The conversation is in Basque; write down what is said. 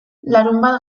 larunbat